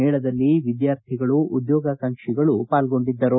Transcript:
ಮೇಳದಲ್ಲಿ ವಿದ್ಯಾರ್ಥಿಗಳು ಉದ್ಯೋಗಾಕಾಂಕ್ಷಿಗಳು ಪಾಲ್ಗೊಂಡಿದ್ದರು